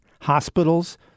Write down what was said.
hospitals